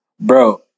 Bro